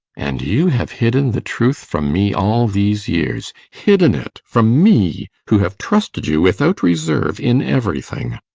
and you have hidden the truth from me all these years? hidden it from me, who have trusted you without reserve, in everything.